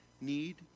need